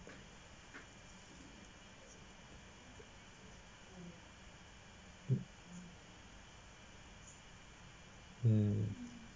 mm mm